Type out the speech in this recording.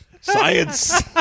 science